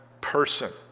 person